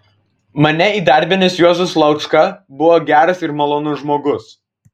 mane įdarbinęs juozas laučka buvo geras ir malonus žmogus